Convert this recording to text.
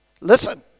Listen